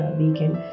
weekend